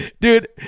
dude